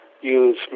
use